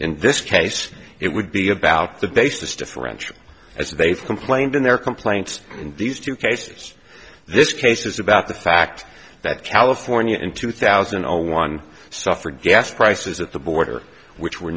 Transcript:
in this case it would be about the basis differential as they've complained in their complaints and these two cases this case is about the fact that california in two thousand or one suffered gas prices at the border which were